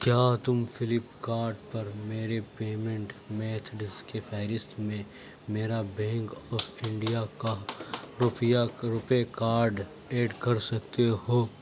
کیا تم فلپ کارٹ پرمیرے پیمینٹ میتھڈز کی فہرست میں میرا بینک آف انڈیا کا روپیہ روپے کارڈ ایڈ کر سکتے ہو